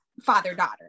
father-daughter